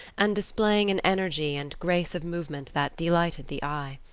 and displaying an energy and grace of movement that delighted the eye.